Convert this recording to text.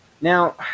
now